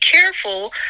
careful